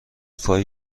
فای